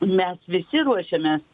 mes visi ruošiamės